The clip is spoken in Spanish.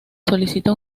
solicita